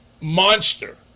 monster